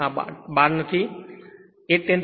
આ 12 નહીં